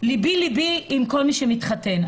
ליבי ליבי עם כל מי שמתחתן.